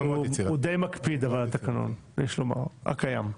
הוא די מקפיד על התקנון הקיים, יש לומר.